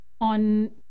on